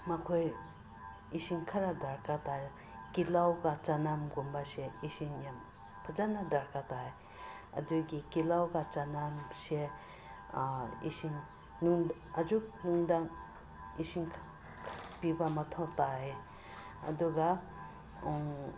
ꯃꯈꯣꯏ ꯏꯁꯤꯡ ꯈꯔ ꯗꯔꯀꯥꯔ ꯇꯥꯏꯌꯦ ꯇꯤꯜꯂꯧꯒ ꯆꯅꯝꯒꯨꯝꯕꯁꯦ ꯏꯁꯤꯡ ꯌꯥꯝ ꯐꯖꯅ ꯗꯔꯀꯥꯔ ꯇꯥꯏ ꯑꯗꯨꯒꯤ ꯇꯤꯜꯂꯧꯒ ꯆꯅꯝꯁꯦ ꯏꯁꯤꯡ ꯑꯌꯨꯛ ꯅꯨꯡꯗꯥꯡ ꯏꯁꯤꯡ ꯄꯤꯕ ꯃꯊꯧ ꯇꯥꯏ ꯑꯗꯨꯒ